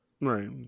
right